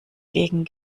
gegen